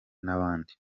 n’abandi